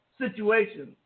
situations